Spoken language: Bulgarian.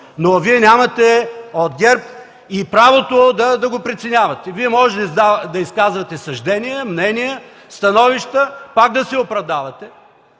от ГЕРБ нямате дори и правото да го преценявате. Вие можете да изказвате съждения, мнения, становища, пак да се оправдавате,